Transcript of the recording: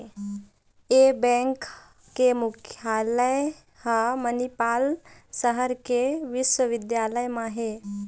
ए bank के मुख्यालय ह मनिपाल सहर के बिस्वबिद्यालय म हे